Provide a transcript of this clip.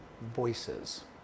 voices